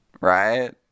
right